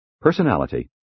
Personality